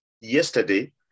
yesterday